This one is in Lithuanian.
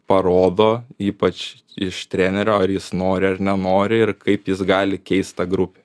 parodo ypač iš trenerio ar jis nori ar nenori ir kaip jis gali keist tą grupę